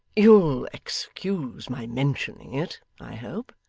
you'll excuse my mentioning it, i hope